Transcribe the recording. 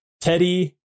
Teddy